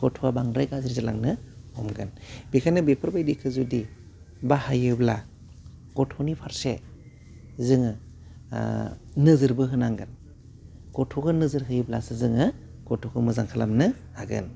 गथ'वा बांद्राय गारज्रि जालांनो हमगोन बेखायनो बेफोरबायदिखो जुदि बाहायोब्ला गथ'नि फारसे जोङो ओह नोजोरबो होनांगोन गथ'खो नोजोर होयोब्लासो जोङो गथ'खौ मोजां खालामनो हागोन